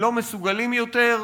לא מסוגלים יותר,